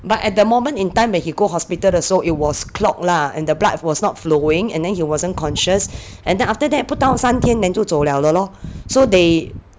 but at the moment in time when he go hospital 的时候 it was clogged lah and the blood was not flowing and then he wasn't conscious and then after that 不到三天 then 就走了了 lor so they